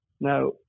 Now